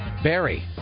Barry